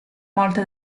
morte